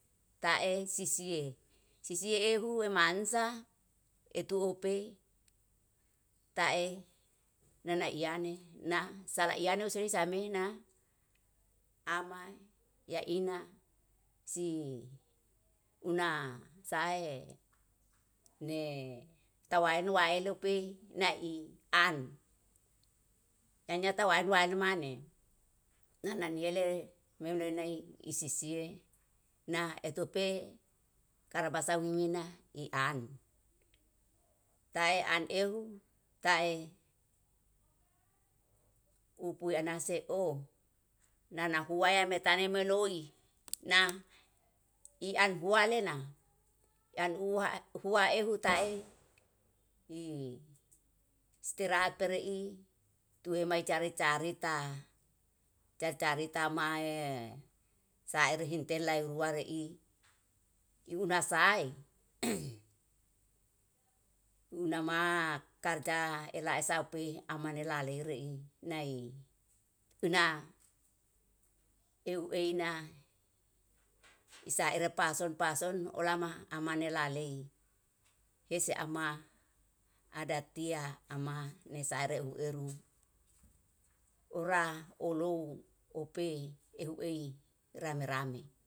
Tae sisie, sisie ehu emansa eto'ope nana eyane na sala iyaane usoi samina, amai yaina si una sae ne tawanu waelu pei nai'an, tanyata walu walu mane, nanan yele meunenei isisie na etupe karabasau mina i'an, tae an ehu tae upue anase'o nana huwaya metame meloi na i'an hua lena i'an uha hua ehu tae i sraperei tuhe mai care carita, care carita mae saerhin tela huware'i iunasai huna ma karja ela usaupi amane la leirei nai una ehu eina isaere pason-pason olama amane lalei hese ama adatia ama nesareu eru ora olou opei ehuei rame-rame.